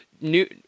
new